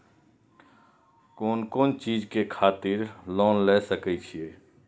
कोन कोन चीज के खातिर लोन ले सके छिए?